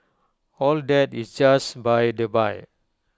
all that is just by the by